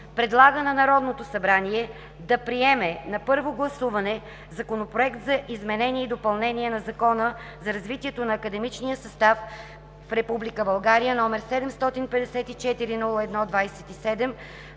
предлага на Народното събрание да приеме на първо гласуване Законопроект за изменение и допълнение на Закона за развитието на академичния състав в Република